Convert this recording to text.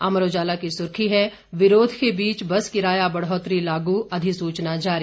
अमर उजाला की सुर्खी है विरोध के बीच बस किराया बढ़ोतरी लागू अधिसूचना जारी